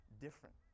different